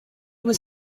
was